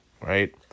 Right